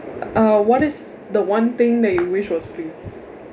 uh what is the one thing that you wish was free